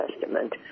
Testament